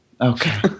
Okay